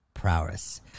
prowess